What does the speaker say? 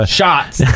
shots